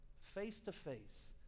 face-to-face